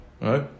Right